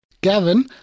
Gavin